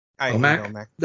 OMAC